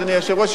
אדוני היושב-ראש,